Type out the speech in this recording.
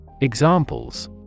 Examples